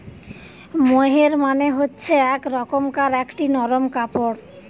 মোহের মানে হচ্ছে এক রকমকার একটি নরম কাপড়